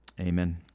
Amen